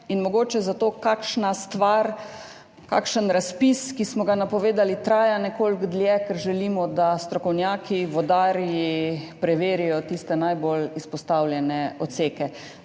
in mogoče zato kakšna stvar, kakšen razpis, ki smo ga napovedali, traja nekoliko dlje, ker želimo, da strokovnjaki, vodarji, preverijo tiste najbolj izpostavljene odseke.